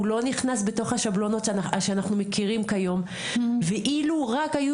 לא נכנס בתוך השבלונות שאנחנו מכירים כיום ואילו רק היו